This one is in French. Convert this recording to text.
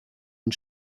une